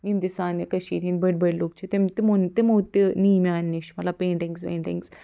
یِم تہِ سانہِ کٔشیٖرِ ہٕنٛدۍ بٔڈۍ بٔڈۍ لُکھ چھِ تِم تِمو تِمَو تہِ نی میٛانہِ نِش مطلب پینٹِنٛگٕز ویٚنٹِگٕز